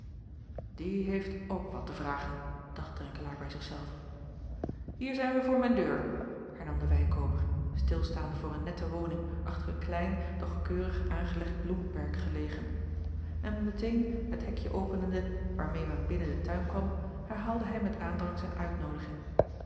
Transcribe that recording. ie heeft ook wat te vragen dacht renkelaer bij zich zelven ier zijn wij voor mijn deur hernam de wijnkooper stilstaande voor een nette woning achter een klein acob van ennep laasje evenster delen doch keurig aangelegd bloemperk gelegen n meteen het hekje openende waarmeê men binnen den tuin kwam herhaalde hij met aandrang zijn uitnoodiging